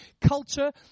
culture